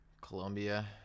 Colombia